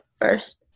first